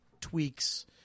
tweaks